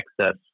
excess